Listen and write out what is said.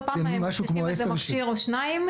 אם בכל פעם מוסיפים איזה מכשיר או שניים,